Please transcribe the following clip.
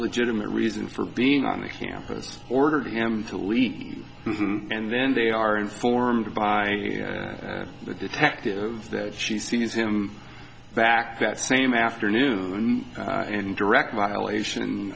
legitimate reason for being on the campus ordered him to leave and then they are informed by the detectives that she sees him back that same afternoon and in direct violation